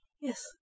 Yes